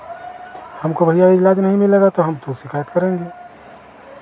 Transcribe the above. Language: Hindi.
हमको भैया इलाज नहीं मिलेगा तो हम तो शिकायत करेंगे